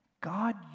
God